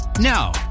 Now